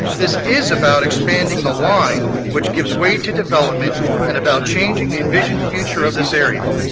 this is about expanding the line which gives way to development and about changing the envision future of this area.